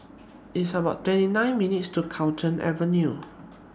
It's about twenty nine minutes' to Carlton Avenue